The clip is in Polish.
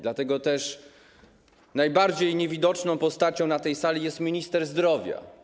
Dlatego też najbardziej niewidoczną postacią na tej sali jest minister zdrowia.